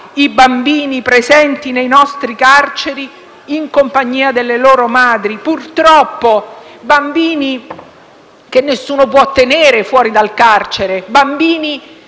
i bambini presenti nelle nostre carceri in compagnia delle loro madri: purtroppo, nessuno può tenerli fuori dal carcere, perché